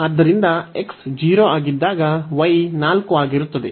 ಆದ್ದರಿಂದ x 0 ಆಗಿದ್ದಾಗ y4 ಆಗಿರುತ್ತದೆ